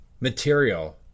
material